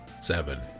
seven